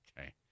Okay